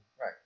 Right